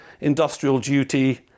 industrial-duty